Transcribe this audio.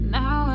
now